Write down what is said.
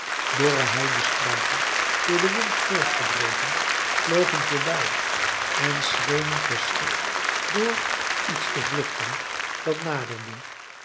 dorre heidestruiken door den wind voortgedreven vlogen voorbij en schenen verschrikt voor iets te vluchten dat naderde